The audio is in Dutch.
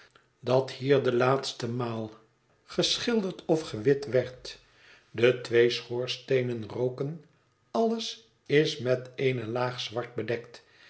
dat hier de laatste maal geschilderd of gewit werd de twee schoorsteenen rooken alles is met eene laag zwart bedekt